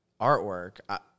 artwork